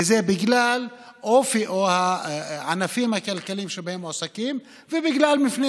וזה בגלל אופי הענפים הכלכליים שבהם הם מועסקים ובגלל מבנה